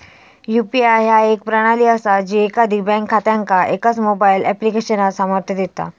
UPI ह्या एक प्रणाली असा जी एकाधिक बँक खात्यांका एकाच मोबाईल ऍप्लिकेशनात सामर्थ्य देता